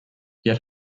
yet